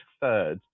third